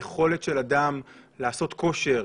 היכולת של אדם לעשות כושר,